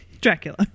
Dracula